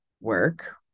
work